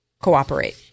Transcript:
cooperate